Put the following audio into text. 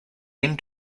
end